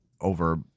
over